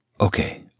Okay